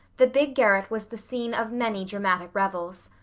the big garret was the scene of many dramatic revels.